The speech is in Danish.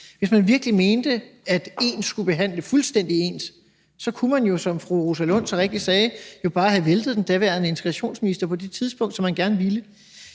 Hvis man virkelig mente, at man skulle behandle fuldstændig ens, så kunne man jo, som fru Rosa Lund så rigtigt sagde, bare have væltet den daværende integrationsminister på det tidspunkt, man gerne ville.